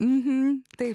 į tai